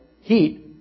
heat